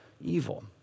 evil